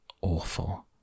awful